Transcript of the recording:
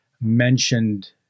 mentioned